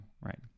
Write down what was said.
right